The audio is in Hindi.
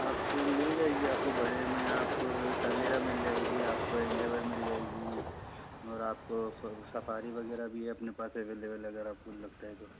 आपको मिल जाएगी आपको बड़े में आप टवेरा मिल जाएगी आपक एंडेवर मिल जाएगी और आपको सफ़ारी वग़ैरह भी अपने पास अवेलेबल अगर आपको लगता है तो